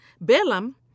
Balaam